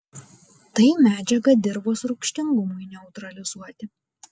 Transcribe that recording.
tai medžiaga dirvos rūgštingumui neutralizuoti